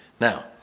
Now